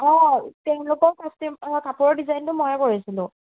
অঁ তেওঁলোকৰ কাষ্টেম কাপোৰৰ ডিজাইনটো মই কৰিছিলোঁ